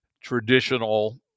traditional